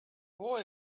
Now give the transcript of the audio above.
boy